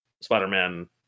Spider-Man